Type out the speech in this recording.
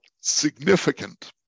significant